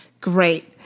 Great